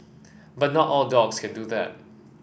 but not all dogs can do that